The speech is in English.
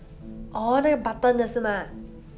orh 那个 button 的是吗